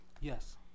Yes